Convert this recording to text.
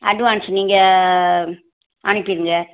advance நீங்கள் அனுப்பிடுங்க